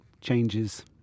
changes